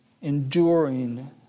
enduring